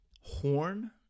horn